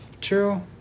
True